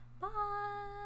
bye